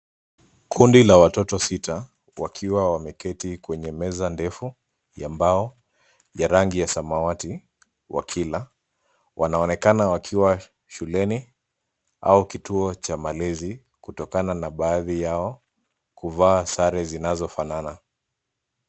Kundi la watoto sita, wakiwa wameketi kwenye meza ndefu ya mbao, ya rangi ya samawati, wakila. Wanaonekana wakiwa shuleni au kituo cha malezi, kutokana na baadhi yao kuvaa sare zinazofanana.